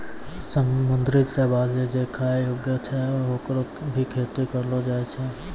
समुद्री शैवाल जे खाय योग्य होय छै, होकरो भी खेती करलो जाय छै